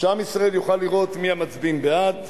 שעם ישראל יוכל לראות מי המצביעים בעד,